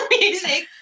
music